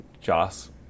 Joss